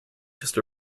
just